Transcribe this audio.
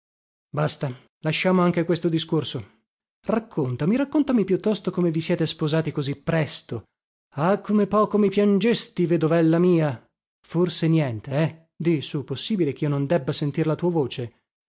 basta lasciamo anche questo discorso raccontami raccontami piuttosto come vi siete sposati così presto ah come poco mi piangesti vedovella mia forse niente eh di sù possibile chio non debba sentir la tua voce